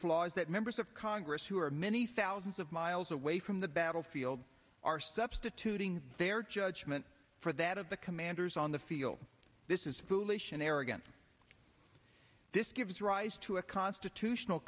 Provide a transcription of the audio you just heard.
flaw is that members of congress who are many thousands of miles away from the battlefield are substituting their judgment for that of the commanders on the field this is foolish an arrogance this gives rise to a constitutional